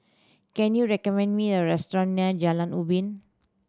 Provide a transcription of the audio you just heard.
can you recommend me a restaurant near Jalan Ubin